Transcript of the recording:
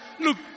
Look